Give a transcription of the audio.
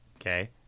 okay